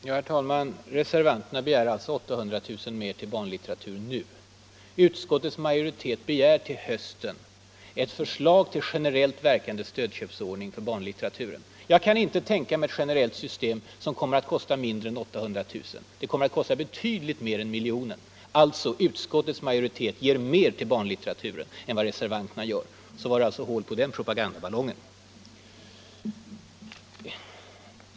Herr talman! Reservanterna begär alltså nu 800 000 kr. mer till barnlitteraturen. Utskottets majoritet begär till hösten ett kompletterande förslag till generellt verkande stödköpsordning för barnlitteraturen. Jag kan inte tänka mig ett generellt system som kommer att kosta mindre än 800 000 kr. Det kommer att kosta betydligt mer än miljonen. Utskottsmajoriteten ger alltså mer till barnlitteraturen än vad reservanterna gör. Så gick det hål på den propagandaballongen!